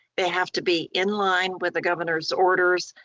they have to be in line with the governor's orders.